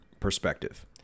perspective